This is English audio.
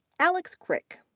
alex crick,